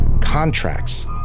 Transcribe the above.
contracts